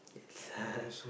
it's